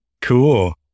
Cool